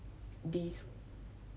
these